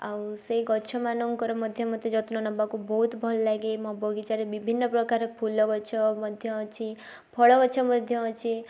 ଆଉ ସେଇ ଗଛମାନଙ୍କର ମଧ୍ୟ ମୋତେ ଯତ୍ନ ନେବାକୁ ବହୁତ ଭଲ ଲାଗେ ମୋ ବଗିଚାରେ ବିଭିନ୍ନ ପ୍ରକାର ଫୁଲ ଗଛ ମଧ୍ୟ ଅଛି ଫଳ ଗଛ ମଧ୍ୟ ଅଛି